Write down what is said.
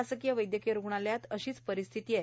शासकीय वैद्यकीय रुग्णालयात अशीच परिस्थिती आहे